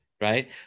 right